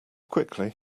quickly